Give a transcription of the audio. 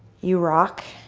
you rock.